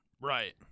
Right